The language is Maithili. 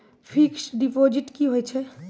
फिक्स्ड डिपोजिट की होय छै?